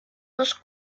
los